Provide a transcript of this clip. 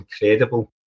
incredible